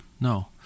no